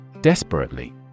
Desperately